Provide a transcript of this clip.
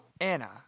Anna